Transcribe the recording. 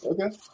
Okay